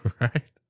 Right